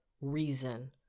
reason